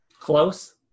Close